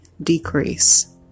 decrease